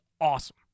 awesome